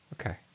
Okay